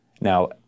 Now